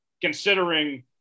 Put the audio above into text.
considering